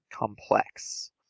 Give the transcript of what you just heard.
Complex